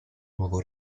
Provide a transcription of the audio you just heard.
nuovo